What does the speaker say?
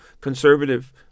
conservative